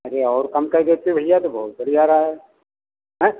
अरे और काम कर देते भैया तो बहुत बढ़िया रहे है